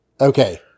Okay